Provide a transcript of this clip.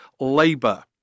Labour